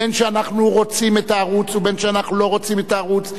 בין שאנחנו רוצים את הערוץ ובין שאנחנו לא רוצים את הערוץ,